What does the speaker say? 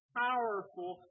powerful